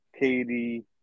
Katie